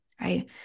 Right